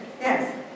Yes